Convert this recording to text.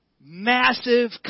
massive